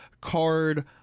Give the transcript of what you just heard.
card